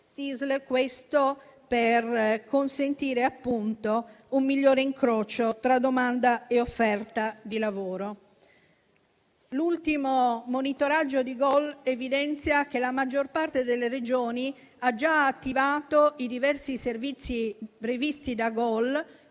SISL, per consentire appunto un migliore incrocio tra domanda e offerta di lavoro. L'ultimo monitoraggio di GOL evidenzia che la maggior parte delle Regioni ha già attivato i diversi servizi previsti da GOL,